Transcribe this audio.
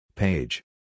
Page